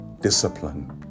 discipline